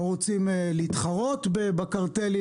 או רוצים להתחרות בקרטלים,